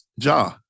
Ja